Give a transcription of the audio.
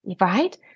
right